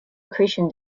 accretion